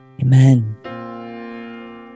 Amen